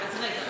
כן.